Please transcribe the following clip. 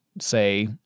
say